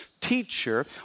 teacher